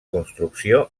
construcció